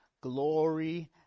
glory